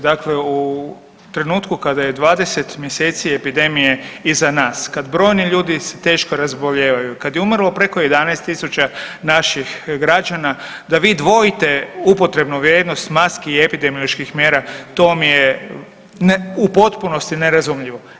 Dakle, u trenutku kada je 20 mjeseci epidemije iza nas, kad brojni ljudi se teško razbolijevaju, kad je umrlo preko 11.000 naših građana da vi dvojite upotrebnu vrijednost maski i epidemioloških mjera, to mi je u potpunosti nerazumljivo.